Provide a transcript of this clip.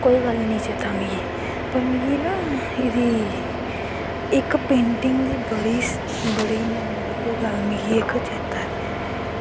कोई गल्ल नी चेत्ता मिगी पर मिगी ना एह्दी पेंटिंग आह्ली इक गल्ल मिगी बड़ी चेत्ता ऐ